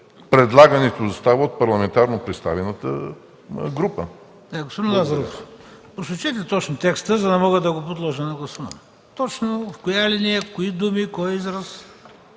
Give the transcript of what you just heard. „предлагането да става от парламентарно представената група”.